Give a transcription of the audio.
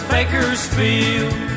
Bakersfield